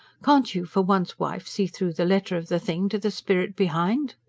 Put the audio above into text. can't you for once, wife, see through the letter of the thing to the spirit behind?